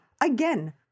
Again